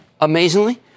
amazingly